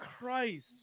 Christ